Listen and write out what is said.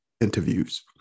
interviews